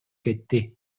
кетти